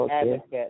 advocate